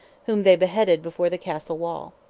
whom they beheaded before the castle wall.